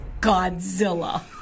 Godzilla